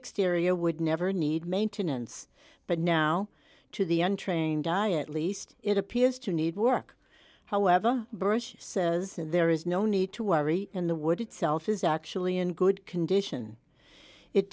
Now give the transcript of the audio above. exterior would never need maintenance but now to the untrained diet least it appears to need work however bush says there is no need to worry in the wood itself is actually in good condition it